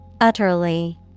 Utterly